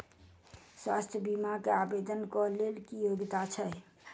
स्वास्थ्य बीमा केँ आवेदन कऽ लेल की योग्यता छै?